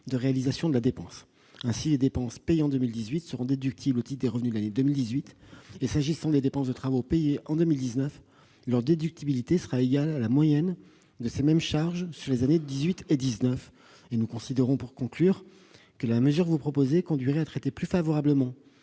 de réalisation de la dépense. Ainsi, les dépenses payées en 2018 seront déductibles au titre des revenus de l'année 2018. S'agissant des dépenses de travaux payés en 2019, leur déductibilité sera égale à la moyenne de ces mêmes charges sur les années 2018 et 2019. Pour conclure, nous considérons que la mesure proposée conduirait à traiter plus favorablement